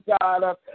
God